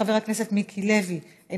חבר הכנסת טלב אבו עראר,